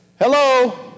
hello